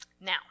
Now